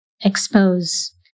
expose